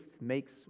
makes